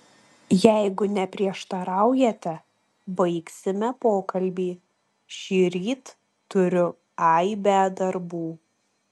jeigu neprieštaraujate baigsime pokalbį šįryt turiu aibę darbų